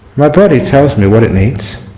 my body tells me what it needs